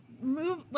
move